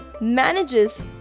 manages